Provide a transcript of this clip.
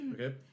Okay